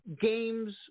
Games